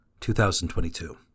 2022